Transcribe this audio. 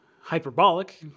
hyperbolic